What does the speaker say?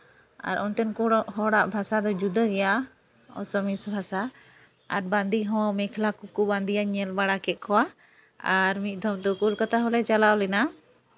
ᱟᱨ ᱚᱱᱛᱮᱱ ᱠᱚ ᱦᱚᱲᱟᱜ ᱵᱷᱟᱥᱟ ᱫᱚ ᱡᱩᱫᱟᱹ ᱜᱮᱭᱟ ᱟᱥᱟᱢᱤᱡ ᱵᱷᱟᱥᱟ ᱟᱨ ᱵᱟᱸᱫᱮ ᱦᱚᱸ ᱢᱮᱜᱷᱞᱟ ᱠᱚᱠᱚ ᱵᱟᱸᱫᱮᱭᱟ ᱧᱮᱞ ᱵᱟᱲᱟ ᱠᱮᱫ ᱠᱚᱣᱟ ᱟᱨ ᱢᱤᱫ ᱫᱷᱚᱢ ᱫᱚ ᱠᱳᱞᱠᱟᱛᱟ ᱦᱚᱸᱞᱮ ᱪᱟᱞᱟᱣ ᱞᱮᱱᱟ